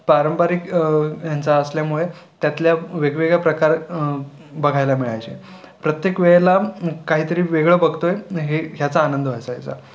पारंपरिक ह्यांचा असल्यामुळे त्यातल्या वेगवेगळ्या प्रकार बघायला मिळायचे प्रत्येक वेळेला काहीतरी वेगळं बघतोय हे ह्याचा आनंद व्हायचा याचा